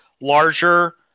larger